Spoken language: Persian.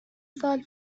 سال